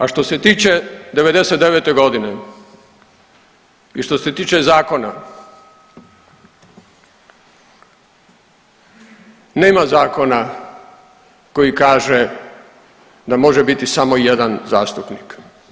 A što se tiče '99. g. i što se tiče zakona, nema zakona koji kaže da može biti samo jedan zastupnik.